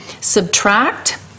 subtract